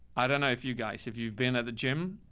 i don't know if you guys, if you've been at the gym,